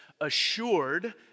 assured